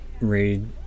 read